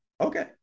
okay